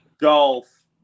golf